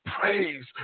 Praise